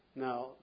Now